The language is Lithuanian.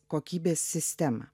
kokybės sistemą